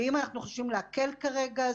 ואם אנחנו חושבים להקל כרגע,